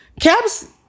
caps